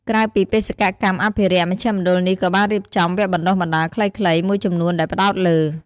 ក្រៅពីបេសកកម្មអភិរក្ស មជ្ឈមណ្ឌលនេះក៏បានរៀបចំ វគ្គបណ្ដុះបណ្ដាលខ្លីៗ មួយចំនួនដែលផ្ដោតលើ។